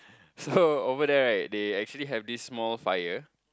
so over there right they actually have this small fire